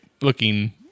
looking